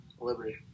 Liberty